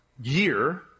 year